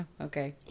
okay